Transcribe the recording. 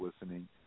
listening